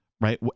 right